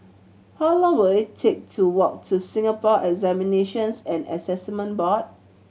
how long will it take to walk to Singapore Examinations and Assessment Board